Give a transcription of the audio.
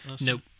nope